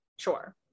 sure